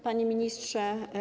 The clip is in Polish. Panie Ministrze!